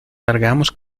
largamos